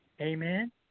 Amen